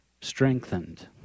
strengthened